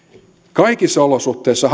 kaikissa olosuhteissa